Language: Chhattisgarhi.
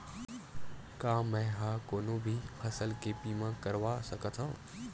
का मै ह कोनो भी फसल के बीमा करवा सकत हव?